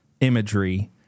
imagery